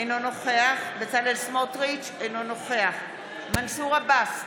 אינו נוכח בצלאל סמוטריץ' אינו נוכח מנסור עבאס,